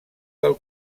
del